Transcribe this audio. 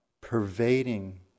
pervading